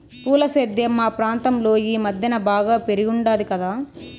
పూల సేద్యం మా ప్రాంతంలో ఈ మద్దెన బాగా పెరిగుండాది కదా